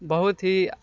बहुत ही